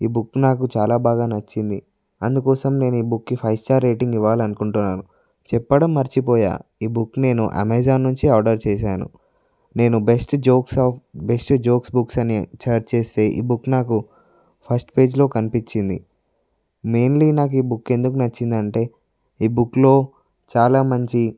ఈ బుక్ నాకు చాలా బాగా నచ్చింది అందుకోసం నేను ఈ బుక్కి ఫైవ్ స్టార్ రేటింగ్ ఇవ్వాలనుకుంటున్నాను చెప్పడం మరచిపోయా ఈ బుక్ నేను అమెజాన్ నుంచి ఆర్డర్ చేశాను నేను best jokes of best jokes books అని సెర్చ్ చేసి ఈ బుక్ నాకు ఫస్ట్ పేజ్లో కనిపిచ్చింది మెయిన్లీ నాకు ఈ బుక్ ఎందుకు నచ్చిందంటే ఈ బుక్లో చాలా మంచి